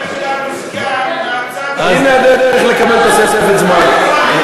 הסגן, מצב של, הנה הדרך לקבל תוספת זמן.